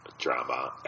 Drama